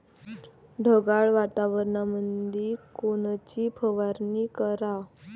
ढगाळ वातावरणामंदी कोनची फवारनी कराव?